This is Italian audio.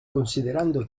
considerando